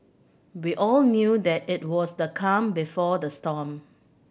we all knew that it was the calm before the storm